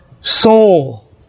soul